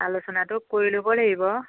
আলোচনাটো কৰি ল'ব লাগিব